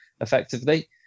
effectively